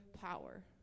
power